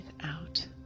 out